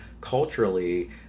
culturally